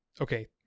okay